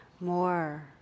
more